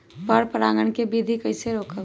पर परागण केबिधी कईसे रोकब?